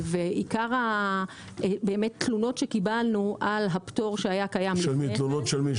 עיקר התלונות שקיבלנו על הפטור שהיה קיים לפני --- תלונות של מי?